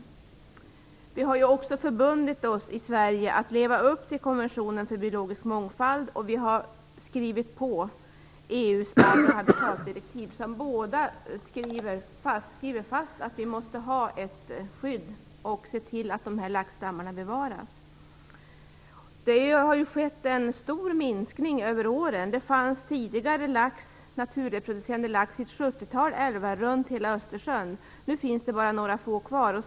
Sverige har också förbundit sig att leva upp till konventionen om biologisk mångfald och vi har skrivit på EU:s artoch habitatdirektiv. Där fastslås att vi måste ha ett skydd och se till att laxstammarna bevaras. Det har skett en kraftig minskning över åren. Tidigare fanns det naturreproducerande lax i ett sjuttiotal älvar runt hela Östersjön. Nu finns det lax i bara några få av dem.